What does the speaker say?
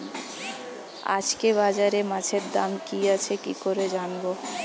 আজকে বাজারে মাছের দাম কি আছে কি করে জানবো?